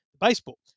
Baseball